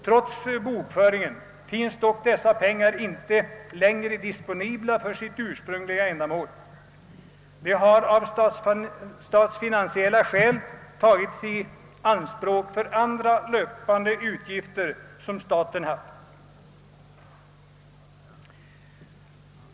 Trots denna bokföring finns dock dessa pengar inte längre disponibla för sitt ursprungliga ändamål, utan de har av statsfinansiella skäl tagits i anspråk för andra löpande statliga utgifter.